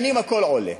שנים הכול עולה,